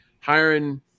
hiring